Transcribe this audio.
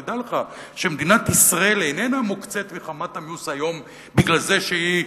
תדע לך שמדינת ישראל איננה מוקצית מחמת המיאוס היום בגלל זה שהיא,